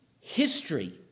history